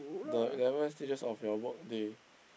the eleven stages of your work day